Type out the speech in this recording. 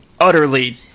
utterly